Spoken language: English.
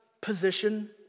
position